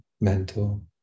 mental